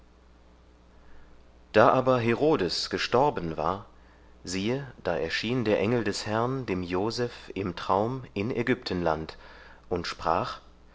da aber herodes gestorben war siehe da erschien der engel des herrn dem joseph im traum in ägyptenland und sprach